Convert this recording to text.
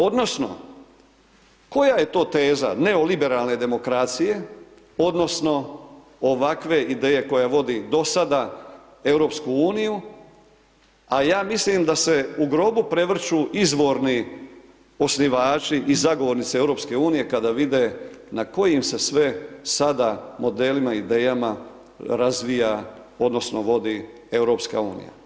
Odnosno, koja je to teza, neoliberalne demokracije, odnosno, ovakve ideje koja vodi do sada EU, a ja mislim da se u grobu prevrću izvorni osnivači i zagovornici EU, kada vide na kojim se sve sada modelima, idejama, razvija odnosno, vodi EU.